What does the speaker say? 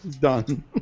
Done